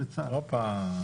לצה"ל.